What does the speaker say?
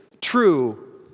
true